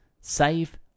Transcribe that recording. save